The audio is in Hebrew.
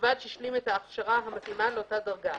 ובלבד שהשלים את ההכשרה המתאימה לאותה דרגה.